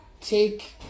take